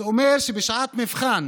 זה אומר שבשעת מבחן